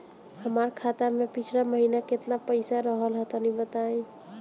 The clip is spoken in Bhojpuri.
हमार खाता मे पिछला महीना केतना पईसा रहल ह तनि बताईं?